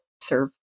serve